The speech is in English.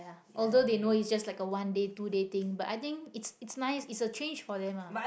although they know it's just a one day two day thing but I think it's it's nice it's a change for them ah